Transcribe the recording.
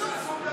חצוף.